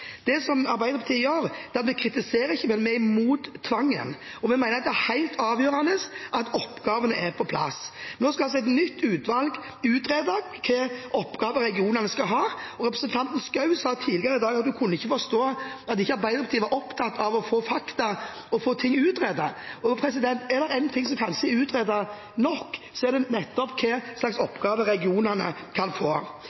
sa at Arbeiderpartiet kritiserer absolutt alt. Det Arbeiderpartiet gjør, er ikke å kritisere, men vi er imot tvangen, og vi mener det er helt avgjørende at oppgavene er på plass. Nå skal altså et nytt utvalg utrede hvilke oppgaver regionene skal ha. Representanten Schou sa tidligere i dag at hun ikke kunne forstå at Arbeiderpartiet ikke var opptatt av fakta og å få ting utredet. Er det én ting som kanskje er utredet nok, er det nettopp hva slags